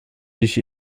sich